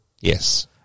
yes